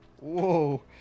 whoa